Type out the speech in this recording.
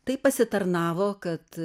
tai pasitarnavo kad